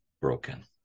broken